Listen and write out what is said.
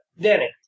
Danny